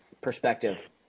perspective